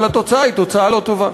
אבל התוצאה היא תוצאה לא טובה.